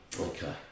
Okay